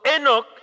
Enoch